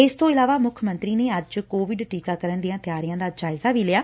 ਇਸ ਤੋ ਇਲਾਵਾ ਮੁੱਖ ਮੰਤਰੀ ਨੇ ਅੱਜ ਕੋਵਿਡ ਟੀਕਾਕਰਨ ਦੀਆ ਤਿਆਰੀਆ ਦਾ ਜਾਇਜ਼ਾ ਵੀ ਲਿਆ